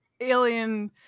alien